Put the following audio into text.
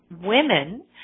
women